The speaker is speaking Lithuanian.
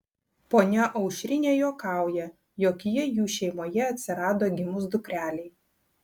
ponia aušrinė juokauja jog ji jų šeimoje atsirado gimus dukrelei